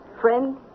friend